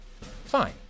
Fine